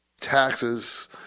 taxes